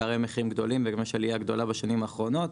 פערי המחירים גדולים וגם יש עליה גדולה בשנים האחרונות,